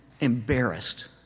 embarrassed